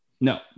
No